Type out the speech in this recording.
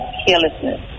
carelessness